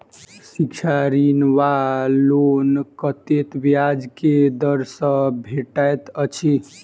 शिक्षा ऋण वा लोन कतेक ब्याज केँ दर सँ भेटैत अछि?